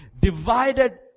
divided